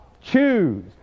choose